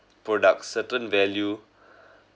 products certain value